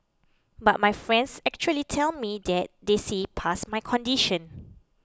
but my friends actually tell me that they see past my condition